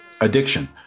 addiction